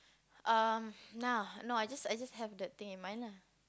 um now no I just I just have that thing in mind lah